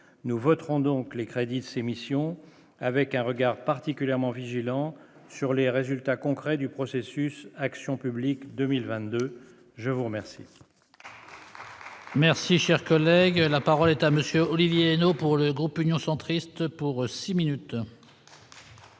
nous voterons donc les crédits de ses missions avec un regard particulièrement vigilants sur les résultats concrets du processus action publique 2022, je vous remercie.